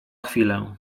chwilę